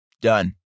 done